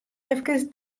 efkes